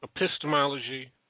epistemology